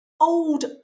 old